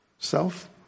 Self